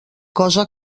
cosa